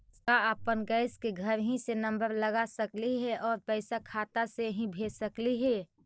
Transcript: का अपन गैस के घरही से नम्बर लगा सकली हे और पैसा खाता से ही भेज सकली हे?